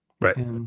Right